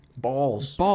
Balls